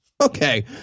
Okay